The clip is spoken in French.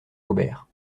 aubert